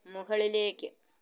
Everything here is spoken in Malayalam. മുകളിലേക്ക്